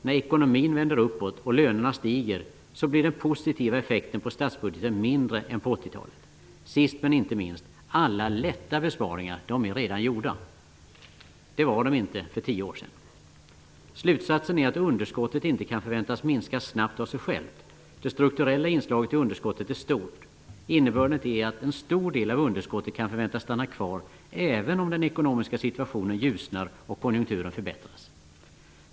När ekonomin vänder uppåt och lönerna stiger blir den positiva effekten på statsbudgeten mindre än på 1980-talet. Sist men inte minst, alla lätta besparingar är redan gjorda. Det var de inte för tio år sedan. Slutsatsen är att underskottet inte kan förväntas minska snabbt av sig självt. Det strukturella inslaget i underskottet är stort. Innebörden är att en stor del av underskottet kan förväntas stanna kvar även om den ekonomiska situationen ljusnar och konjunkturen förbättras.